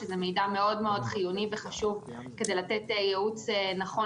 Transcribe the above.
שזה מידע מאוד מאוד חיוני וחשוב כדי לתת ייעוץ נכון